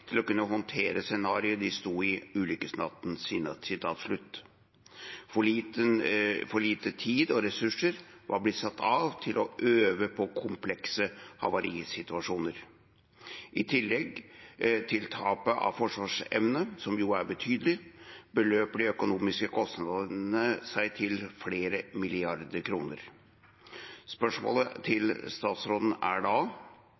til å kunne håndtere scenarioet de stod i ulykkesnatten». For lite tid og ressurser var blitt satt av til å øve på komplekse havarisituasjoner. I tillegg til tapt forsvarsevne beløper de økonomiske kostnadene etter havariet seg til flere milliarder kroner. Hvilke vurderinger gjør statsråden av ansvar og konsekvenser etter fregatthavariet?» Først har jeg lyst til